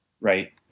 right